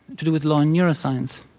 to do with law and neuroscience.